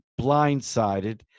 blindsided